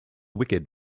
wicked